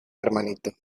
hermanito